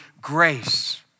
grace